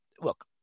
look